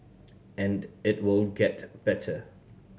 and it will get better